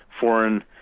foreign